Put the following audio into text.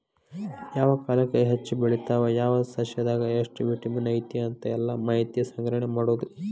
ಯಾವ ಕಾಲಕ್ಕ ಹೆಚ್ಚ ಬೆಳಿತಾವ ಯಾವ ಸಸ್ಯದಾಗ ಎಷ್ಟ ವಿಟಮಿನ್ ಐತಿ ಅಂತ ಎಲ್ಲಾ ಮಾಹಿತಿ ಸಂಗ್ರಹಣೆ ಮಾಡುದು